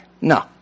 No